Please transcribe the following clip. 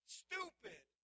stupid